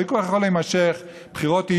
הוויכוח יכול להימשך, בחירות יהיו,